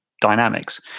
dynamics